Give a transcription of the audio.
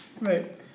Right